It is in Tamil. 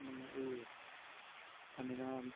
அந்த மாதிரி பண்ணிதான் வந்துச்சு